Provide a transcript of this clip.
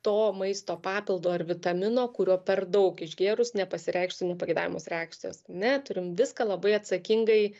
to maisto papildo ar vitamino kurio per daug išgėrus nepasireikštų nepageidaujamos reakcijos ane turim viską labai atsakingai